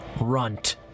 runt